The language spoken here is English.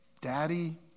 Daddy